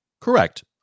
Correct